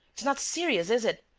it's not serious, is it?